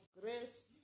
grace